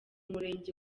murenge